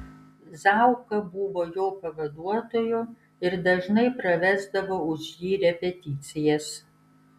zauka buvo jo pavaduotoju ir dažnai pravesdavo už jį repeticijas